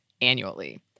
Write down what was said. annually